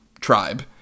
tribe